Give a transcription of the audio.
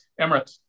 Emirates